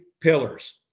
pillars